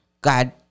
God